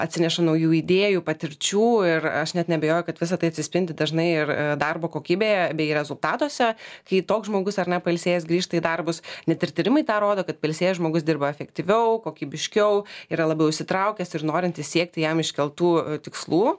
atsineša naujų idėjų patirčių ir aš net neabejoju kad visa tai atsispindi dažnai ir darbo kokybėje bei rezultatuose kai toks žmogus ar ne pailsėjęs grįžta į darbus net ir tyrimai tą rodo kad pailsėjęs žmogus dirba efektyviau kokybiškiau yra labiau įsitraukęs ir norintis siekti jam iškeltų tikslų